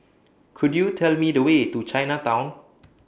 Could YOU Tell Me The Way to Chinatown